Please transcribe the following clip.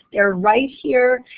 they're right here.